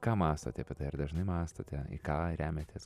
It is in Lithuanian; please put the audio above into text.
ką mąstot apie tai ar dažnai mąstote ką remiatės